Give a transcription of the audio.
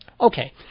Okay